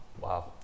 Wow